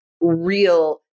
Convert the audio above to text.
real